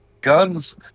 Guns